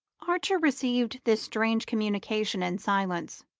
archer received this strange communication in silence.